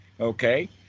Okay